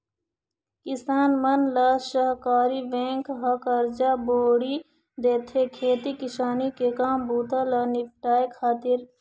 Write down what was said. किसान मन ल सहकारी बेंक ह करजा बोड़ी देथे, खेती किसानी के काम बूता ल निपाटय खातिर